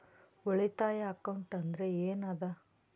ಉಳಿತಾಯ ಅಕೌಂಟ್ ಅಂದ್ರೆ ಏನ್ ಅದ?